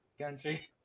country